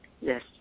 Yes